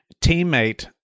teammate